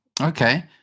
Okay